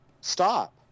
stop